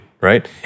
right